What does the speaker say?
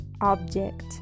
object